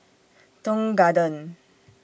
Tong Garden